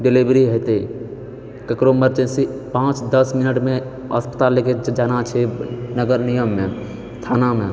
delivery हेतै ककरो emergency पांँच दश मिनटमे अस्पताल लेके जाना छै नगर निगममे थानामे